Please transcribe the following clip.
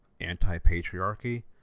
anti-patriarchy